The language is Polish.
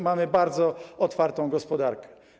Mamy bardzo otwartą gospodarkę.